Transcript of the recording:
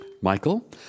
Michael